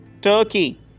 Turkey